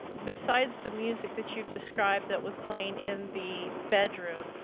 besides the music that you have described that was playing in the bedroom,